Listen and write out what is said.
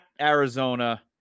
Arizona